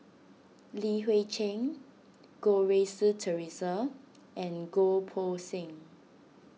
Li Hui Cheng Goh Rui Si theresa and Goh Poh Seng